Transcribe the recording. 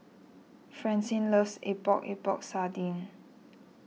Francine loves Epok Epok Sardin